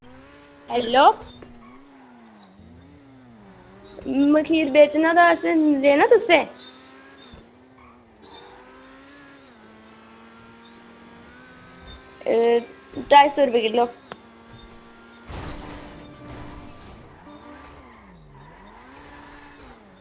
hello मखीर बेचना असें लैना तुसें ढाई सौ रपेआ किलो